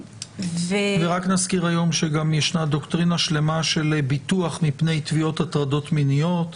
ורק נזכיר שיש היום דוקטרינה שלמה של ביטוח מפני תביעות הטרדות מיניות.